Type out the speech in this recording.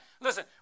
Listen